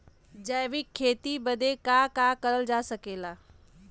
जैविक खेती बदे का का करल जा सकेला?